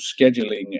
scheduling